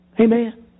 Amen